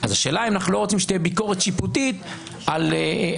אז השאלה אם אנחנו לא רוצים שתהיה ביקורת שיפוטית על חוק-יסוד,